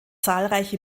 zahlreiche